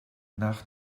nach